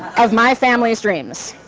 of my family's dreams.